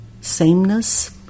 sameness